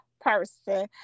person